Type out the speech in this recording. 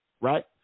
right